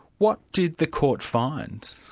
what did the court find?